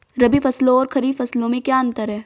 रबी फसलों और खरीफ फसलों में क्या अंतर है?